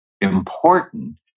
important